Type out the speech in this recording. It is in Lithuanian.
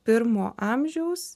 pirmo amžiaus